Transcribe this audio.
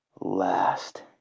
last